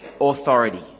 Authority